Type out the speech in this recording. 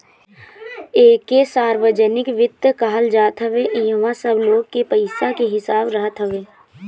एके सार्वजनिक वित्त कहल जात हवे इहवा सब लोग के पईसा के हिसाब रहत हवे